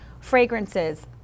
fragrances